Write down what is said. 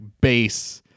base